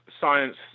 science